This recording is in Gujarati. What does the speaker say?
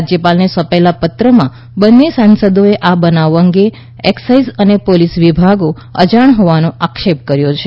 રાજ્યપાલને સોંપેલા પત્રમાં બંને સાંસદોએ આ બનાવ અંગે એક્સાઇઝ અને પોલીસ વિભાગો અજાણ હોવાનો આક્ષેપ કર્યો છે